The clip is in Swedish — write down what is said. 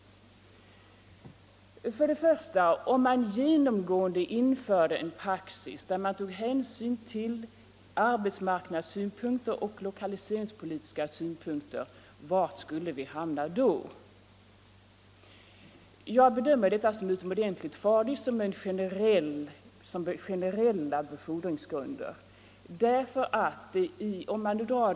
För det första: Om man genomgående införde en praxis som innebar att man tog hänsyn till arbetsmarknadssynpunkter och lokaliseringspolitiska synpunkter — var skulle vi hamna då? Jag bedömer det som utomordentligt farligt att ha detta som generella befordringsgrunder.